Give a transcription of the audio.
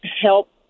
help